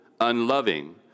unloving